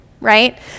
right